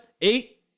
Eight